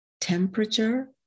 temperature